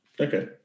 Okay